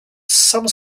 some